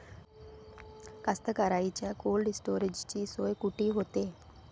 कास्तकाराइच्या कोल्ड स्टोरेजची सोय कुटी होते?